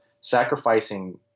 sacrificing